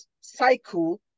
cycle